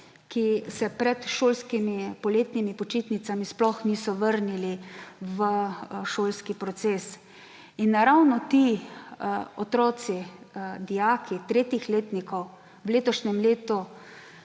ki se pred šolskimi poletnimi počitnicami sploh niso vrnili v šolski proces. In ravno ti otroci, dijaki tretjih letnikov, v letošnjem letu